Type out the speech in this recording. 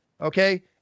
Okay